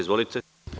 Izvolite.